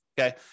okay